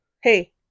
hey